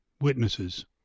witnesses